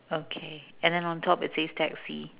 okay and then on top it says taxi